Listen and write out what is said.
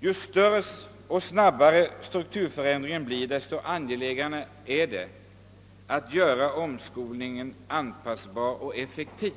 Ju större och snabbare strukturförändringen blir desto angelägnare är det att göra omskolningen anpassningsbar och effektiv.